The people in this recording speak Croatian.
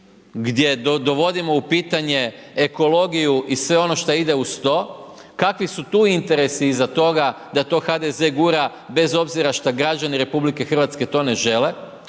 gdje dovodimo u pitanje ekologiju i sve ono što ide uz to, kakvi su tu interesi iza toga, da to HDZ gura, bez obzira što građani RH, to ne žele?